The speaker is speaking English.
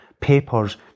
papers